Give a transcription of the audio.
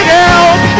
help